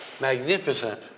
magnificent